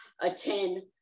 attend